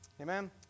Amen